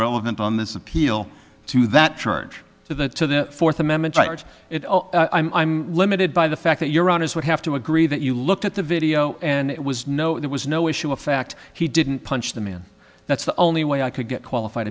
relevant on this appeal to that charge to the to the fourth amendment rights i'm limited by the fact that you're honest would have to agree that you looked at the video and it was no there was no issue of fact he didn't punch them in that's the only way i could get qualified